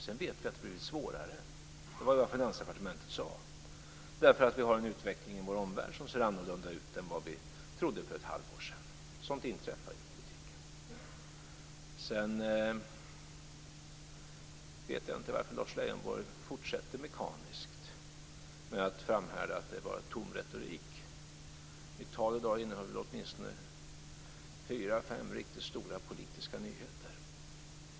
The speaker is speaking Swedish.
Sedan vet vi att det har blivit svårare - det var vad man sade från Finansdepartementet - därför att vi har en utveckling i vår omvärld som ser annorlunda ut än vad vi trodde för ett halvår sedan. Sådant inträffar ju i politiken. Jag vet heller inte varför Lars Leijonborg fortsätter mekaniskt med att framhärda att det bara är tom retorik, det jag säger. Mitt tal i dag innehöll väl åtminstone fyra fem riktigt stora politiska nyheter.